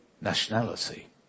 nationality